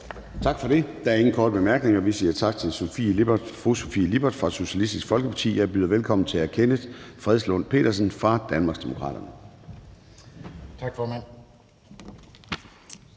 Tak for det. Der er ingen korte bemærkninger. Vi siger tak til fru Sofie Lippert fra Socialistisk Folkeparti. Jeg byder velkommen til hr. Kenneth Fredslund Petersen fra Danmarksdemokraterne. Kl.